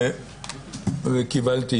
וקיבלתי,